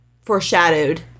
foreshadowed